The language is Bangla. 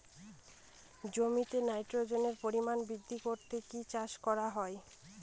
জমিতে নাইট্রোজেনের পরিমাণ বৃদ্ধি করতে কি চাষ করা হয়?